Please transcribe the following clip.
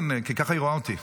כן, כי ככה היא רואה אותי.